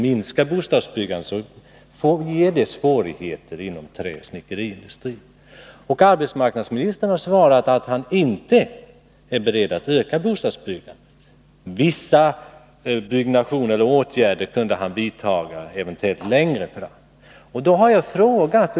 Minskar bostadsbyggandet, medför det svårigheter inom denna bransch. Arbetsmarknadsministern har svarat att han inte är beredd att öka bostadsbyggandet. Vissa åtgärder kunde han eventuellt vidta längre fram.